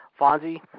Fonzie